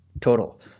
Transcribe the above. total